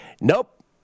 Nope